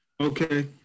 Okay